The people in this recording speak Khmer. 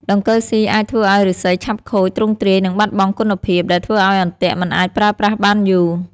ដង្កូវស៊ីអាចធ្វើឲ្យឫស្សីឆាប់ខូចទ្រង់ទ្រាយនិងបាត់បង់គុណភាព ដែលធ្វើឲ្យអន្ទាក់មិនអាចប្រើប្រាស់បានយូរ។